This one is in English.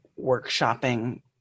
workshopping